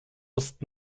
ost